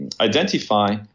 identify